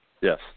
Yes